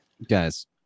Guys